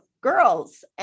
girls